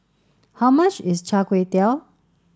how much is Char Kway Teow